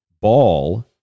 Ball